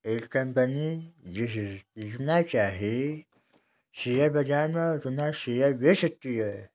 एक कंपनी जितना चाहे शेयर बाजार में उतना शेयर बेच सकती है